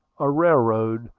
a railroad,